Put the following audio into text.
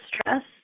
stress